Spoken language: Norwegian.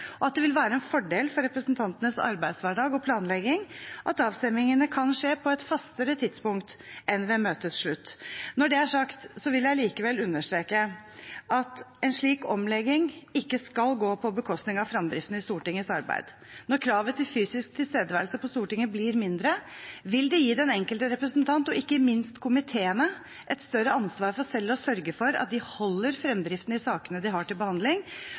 og at det vil være en fordel for representantenes arbeidshverdag og planlegging at avstemmingene kan skje på et fastere tidspunkt enn ved møtets slutt. Når det er sagt, vil jeg likevel understreke at en slik omlegging ikke skal gå på bekostning av fremdriften i Stortingets arbeid. Når kravet til fysisk tilstedeværelse på Stortinget blir mindre, vil det gi den enkelte representant og ikke minst komiteene et større ansvar for selv å sørge for at de holder fremdriften i sakene de har til behandling,